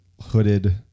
hooded